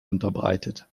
unterbreitet